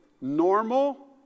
Normal